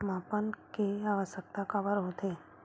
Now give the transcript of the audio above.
मापन के आवश्कता काबर होथे?